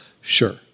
Sure